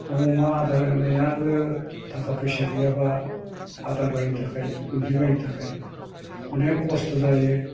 दाव अमा आदार होनायाबो थाखा फैसा गैयाबा आदार बायनो थाखाय गुन्दै बायनो थाखाय अनेक खस्थ' जायो